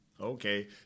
Okay